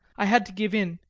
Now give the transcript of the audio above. i had to give in,